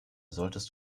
solltest